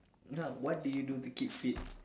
ya what did you do to keep fit